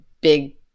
big